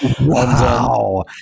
Wow